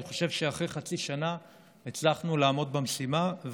אני חושב שאחרי חצי שנה הצלחנו לעמוד במשימה,